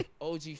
OG